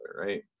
Right